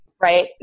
right